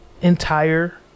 entire